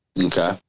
Okay